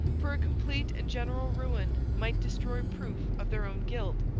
for a complete and general ruin might destroy proof of their own guilt.